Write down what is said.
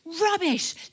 rubbish